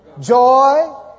Joy